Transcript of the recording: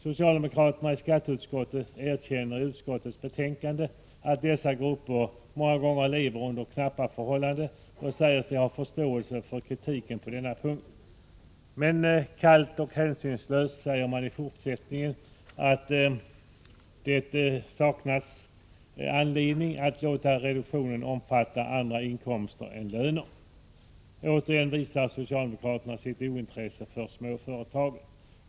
Socialdemokraterna i skatteutskottet erkänner i utskottets betänkande att dessa grupper många gånger lever under knappa förhållanden och säger sig ha förståelse för kritiken på denna punkt. Men kallt och hänsynslöst säger man i fortsättningen ”att det saknas anledning att låta reduktionen omfatta andra inkomster än löner”. Återigen visar socialdemokraterna sitt ointresse för småföretagen.